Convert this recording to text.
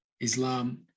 Islam